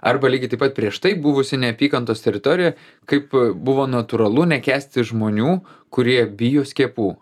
arba lygiai taip pat prieš tai buvusi neapykantos teritorija kaip buvo natūralu nekęsti žmonių kurie bijo skiepų